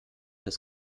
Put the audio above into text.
des